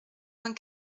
vingt